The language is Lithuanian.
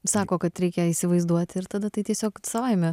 sako kad reikia įsivaizduoti ir tada tai tiesiog savaime